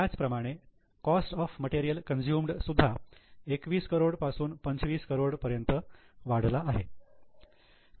त्याचप्रमाणे cost of material consumed सुद्धा 21 करोड पासून 25 करोड पर्यंत वाढली आहे